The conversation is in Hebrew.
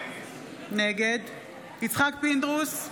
נגד יצחק פינדרוס,